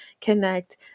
connect